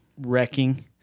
wrecking